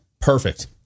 Perfect